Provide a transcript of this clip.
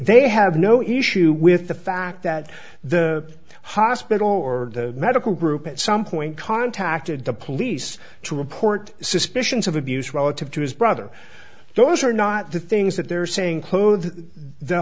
they have no issue with the fact that the hospital or the medical group at some point contacted the police to report suspicions of abuse relative to his brother those are not the things that they're saying